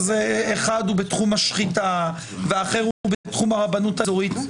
אז אחד הוא בתחום השחיטה ואחר הוא בתחום הרבנות האזורית.